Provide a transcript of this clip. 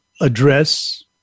address